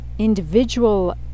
Individual